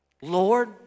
Lord